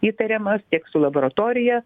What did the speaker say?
įtariamas tiek su laboratorija